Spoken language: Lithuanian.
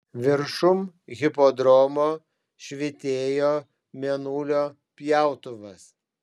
viršum hipodromo švytėjo mėnulio pjautuvas